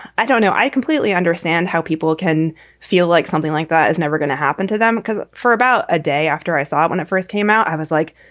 i don't know. i completely understand how people can feel like something like that is never going to happen to them, because for about a day after i saw it, when it first came out, i was like,